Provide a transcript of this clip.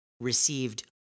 received